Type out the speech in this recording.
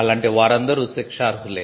అలాంటి వారందరూ శిక్షార్హులే